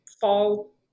fall